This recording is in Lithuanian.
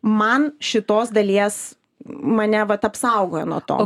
man šitos dalies mane vat apsaugojo nuo to